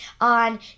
on